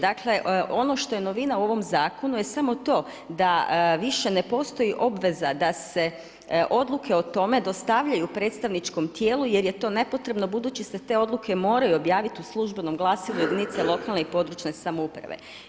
Dakle, ono što je novina u ovom zakonu je samo to da više ne postoji obveza da se odluka o tome dostavljaju predstavničkom tijelu, jer je to nepotrebno, budući se te odluke moraju objaviti u službenom glasilu jedinica lokalne i područne samouprave.